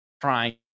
trying